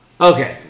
Okay